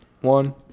one